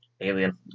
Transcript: alien